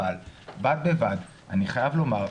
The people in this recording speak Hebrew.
אבל בד בבד אני חייב לומר,